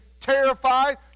terrified